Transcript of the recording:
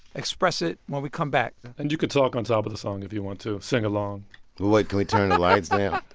express it when we come back and you can talk on top of the song if you want to, sing along wait, can we turn the lights down?